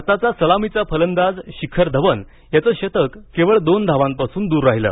भारताचा सलामीचा फलंदाज शिखर धवन याचं शतक केवळ दोन धावांपासून दूर राहिलं